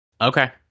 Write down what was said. Okay